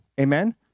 Amen